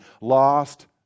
lost